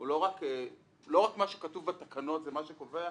לא רק מה שכתוב בתקנות זה מה שקובע,